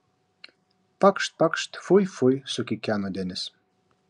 pakšt pakšt fui fui sukikeno denis